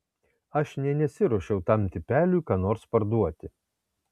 aš nė nesiruošiau tam tipeliui ką nors parduoti